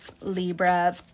Libra